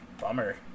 bummer